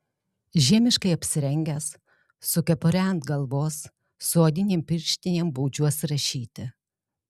žiemiškai apsirengęs su kepure ant galvos su odinėm pirštinėm baudžiuos rašyti